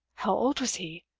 how old was he?